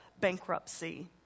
bankruptcy